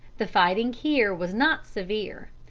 the fighting here was not severe.